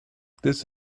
this